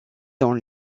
dans